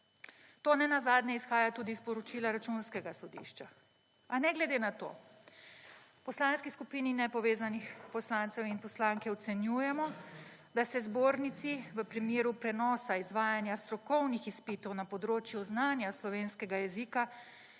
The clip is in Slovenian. To nenazadnje izhaja tudi iz poročila Računskega sodišča. A ne glede na to, v Poslanski skupini Nepovezanih poslancev in poslanke ocenjujemo, da se zbornici v primeru prenosa izvajanja strokovnih izpitov na področju znanja slovenskega jezika,